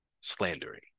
slandering